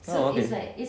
oh okay